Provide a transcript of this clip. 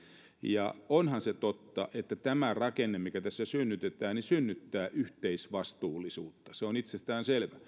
ja onhan se totta että tämä rakenne mikä tässä synnytetään synnyttää yhteisvastuullisuutta se on itsestäänselvää